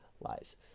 lives